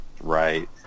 Right